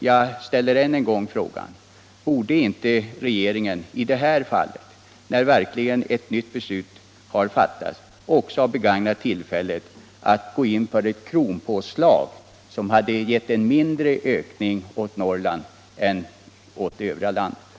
Jag ställer därför än en gång frågan: Borde inte regeringen i detta fall, när ett nytt beslut verkligen har fattats, också ha begagnat tillfället att gå in för ett kronpåslag som hade givit en mindre ökning för Norrland än för övriga delar av landet?